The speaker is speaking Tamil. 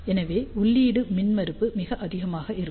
எனவே உள்ளீடு மின்மறுப்பு மிக அதிகமாக இருக்கும்